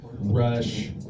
Rush